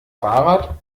fahrrad